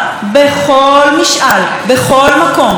הוא תומך בהקמת שתי מדינות,